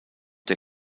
der